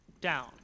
down